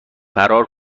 فرار